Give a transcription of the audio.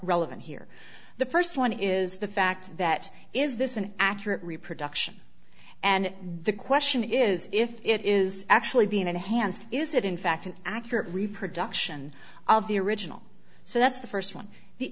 relevant here the first one is the fact that is this an accurate reproduction and the question is if it is actually being enhanced is it in fact an accurate reproduction of the original so that's the first one the